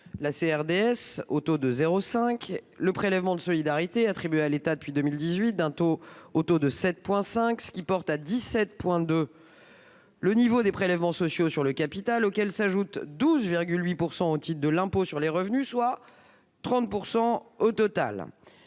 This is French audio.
la CRDS au taux de 0,5 %, le prélèvement de solidarité attribuée à l'État depuis 2018 au taux de 7,5 points, ce qui porte à 17,2 % le niveau des prélèvements sociaux sur le capital, auxquels s'ajoute un taux de 12,8 % au titre de l'impôt sur le revenu, soit un total